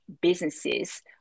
businesses